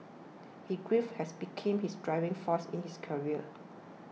his grief has become his driving force in his career